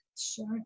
Sure